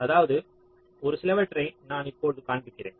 அதாவது ஒரு சிலவற்றை நான் இப்பொழுது காண்பிக்கிறேன்